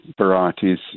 varieties